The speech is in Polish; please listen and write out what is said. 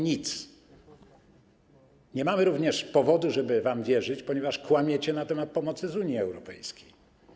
Nie mamy również powodu, żeby wam wierzyć, ponieważ kłamiecie na temat pomocy z Unii Europejskiej.